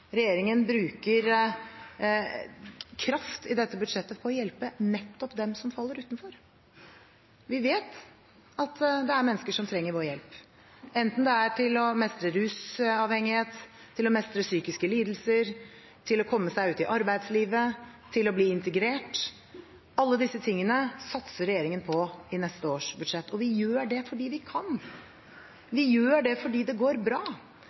regjeringen bruker kraft i dette budsjettet på å hjelpe dem som faller utenfor. Vi vet at det er mennesker som trenger vår hjelp, enten det er til å mestre rusavhengighet eller psykiske lidelser, eller det er til å komme seg ut i arbeidslivet eller bli integrert. Alt dette satser regjeringen på i neste års budsjett. Vi gjør det fordi vi kan. Vi gjør det fordi det går bra.